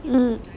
mm